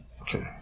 Okay